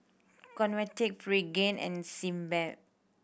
Convatec Pregain and Sebamed